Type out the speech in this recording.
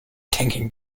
thinking